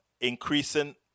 increasing